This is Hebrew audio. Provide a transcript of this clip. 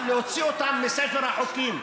אבל להוציא אותם מספר החוקים.